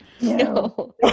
No